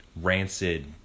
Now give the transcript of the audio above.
rancid